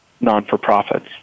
non-for-profits